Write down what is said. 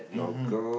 mmhmm